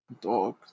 Dog